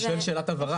אני שואל שאלת הבהרה.